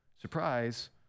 surprise